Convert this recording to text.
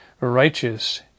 righteous